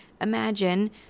imagine